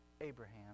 Abraham